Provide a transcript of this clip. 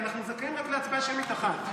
אנחנו זכאים רק להצבעה שמית אחת,